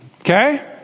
Okay